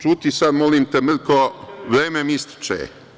Ćuti sad, molim te, Mrko, vreme mi ističe.